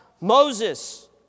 Moses